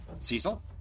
Cecil